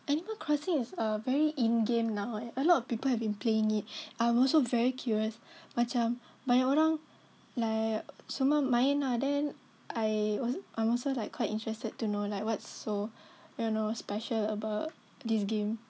Animal Crossing is a very in game now eh a lot of people have been playing it I'm also very curious macam banyak orang like semua main ah then I was I'm also like quite interested to know like what's so you know special about this game